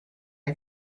are